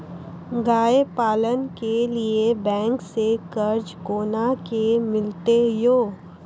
गाय पालन के लिए बैंक से कर्ज कोना के मिलते यो?